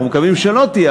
אנחנו מקווים שלא תהיה,